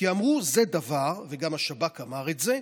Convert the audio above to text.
כי אמרו: זה דבר, וגם השב"כ אמר את זה,